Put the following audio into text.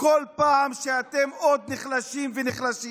וכל פעם אתם עוד נחלשים ונחלשים,